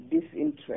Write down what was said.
disinterest